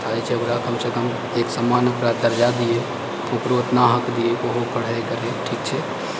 तथा जे छै ओकरा कमसँ कम एकसमान ओकरा दर्जा दिए ओकरो अपना हक दिए ओहो पढ़ाइ करै ठीक छै